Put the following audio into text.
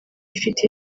ifite